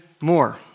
more